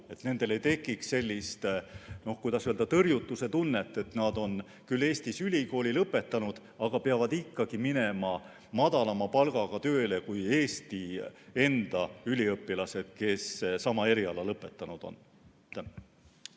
neil ei tekiks sellist, kuidas öelda, tõrjutuse tunnet, et nad on küll Eestis ülikooli lõpetanud, aga peavad ikkagi minema tööle madalama palgaga kui Eesti enda üliõpilased, kes on sama eriala lõpetanud.